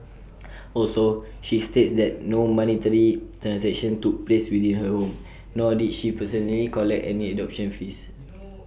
also she states that no monetary transactions took place within her home nor did she personally collect any adoption fees